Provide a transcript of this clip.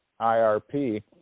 IRP